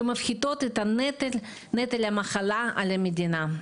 ומפחיתות את נטל המחלה על המדינה,